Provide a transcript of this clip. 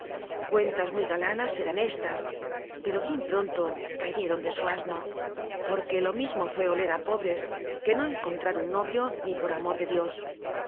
cuentas muy galanas eran cslas pero bien pronto cayeron de su asno porque lo mismo fue oler ú pobres que no enconfl u un nolio ni por amor tic dios